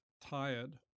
tired